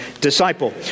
disciple